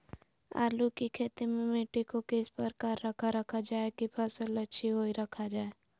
आलू की खेती में मिट्टी को किस प्रकार रखा रखा जाए की फसल अच्छी होई रखा जाए?